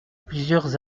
plusieurs